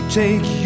take